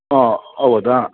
ಹಾಂ ಹೌದಾ